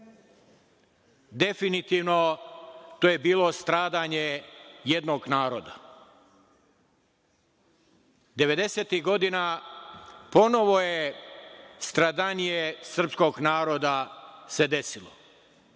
Definitivno, to je bilo stradanje jednog naroda. Devedesetih godina ponovo stradanije srpskog naroda se desilo.